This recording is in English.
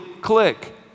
click